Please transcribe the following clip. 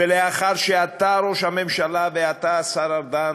ולאחר שאתה, ראש הממשלה, ואתה, השר ארדן,